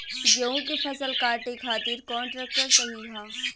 गेहूँ के फसल काटे खातिर कौन ट्रैक्टर सही ह?